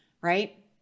right